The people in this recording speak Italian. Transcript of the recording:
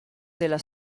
della